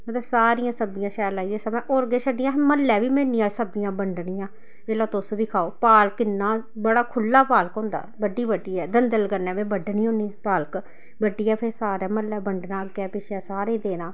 ते सारियां सब्जियां शैल लाइयै समां होर किश छड्डियै अस म्हल्लै बी में इन्नियां सब्जियां बंड्डनी आं एह् लैओ तुस बी खाओ पालक इन्ना बड़ा खु'ल्ला पालक होंदा ऐ बड्ढी बड्ढियै दंदल कन्नै में बड्ढनी होन्नीं में पालक बड्ढियै फिर सारे म्हल्लै बंडना अग्गें पिच्छे सारें गी देना